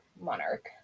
monarch